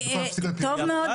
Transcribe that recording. בניתוח